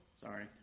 sorry